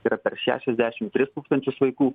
yra per šešiasdešim tris tūkstančius vaikų